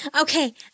Okay